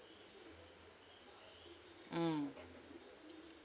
mm